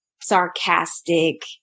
sarcastic